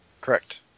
Correct